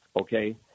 Okay